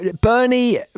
Bernie